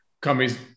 companies